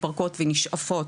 מתפרקות ונשאפות,